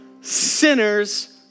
sinners